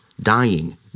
dying